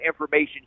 information